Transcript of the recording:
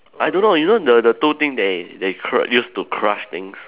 I don't know you know the the two thing they they cr~ use to crush things